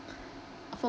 for